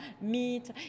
meat